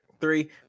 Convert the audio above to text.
three